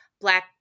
Black